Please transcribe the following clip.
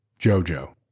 Jojo